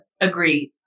Agreed